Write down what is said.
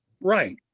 right